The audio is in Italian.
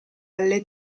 alle